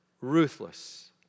ruthless